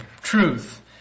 truth